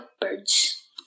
birds